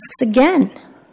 again